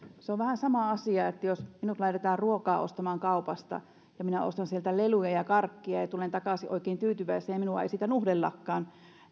se on vähän sama asia kuin jos minut laitetaan ostamaan kaupasta ruokaa ja minä ostan sieltä leluja ja karkkia ja ja tulen takaisin oikein tyytyväisenä ja minua ei nuhdellakaan